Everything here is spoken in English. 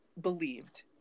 believed